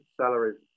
salaries